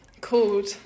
called